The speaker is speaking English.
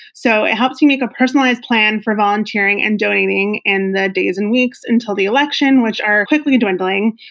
so it helps you make a personalized plan for volunteering and donating in the days and weeks until the election, which are quickly dwindling,